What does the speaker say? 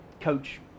coach